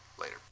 Later